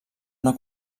una